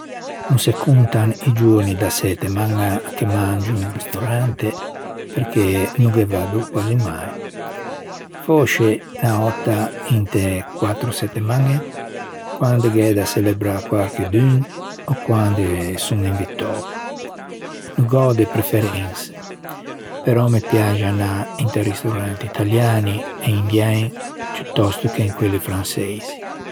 No se contan i giorni da settemaña che mangio a-o ristorante perché no ghe vaddo quaxi mai. Foscia unn'òtta, inte quattro settemañe quande gh'ea da çelebrâ quarchedun ò quande son invitou, no gh'ò de preferense però me piaxe anâ inti ristoranti italiani e indien ciuttosto che in quelli franseisi.